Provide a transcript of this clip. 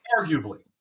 Arguably